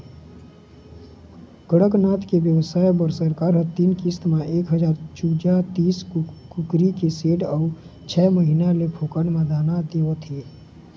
कड़कनाथ के बेवसाय बर सरकार ह तीन किस्त म एक हजार चूजा, तीस कुकरी के सेड अउ छय महीना ले फोकट म दाना देवत हे